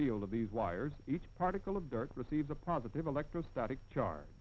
field of these wires each particle of dirt receives a positive electrostatic char